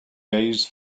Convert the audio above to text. days